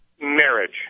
Marriage